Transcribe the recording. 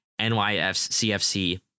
nyfcfc